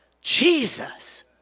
Jesus